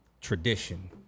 tradition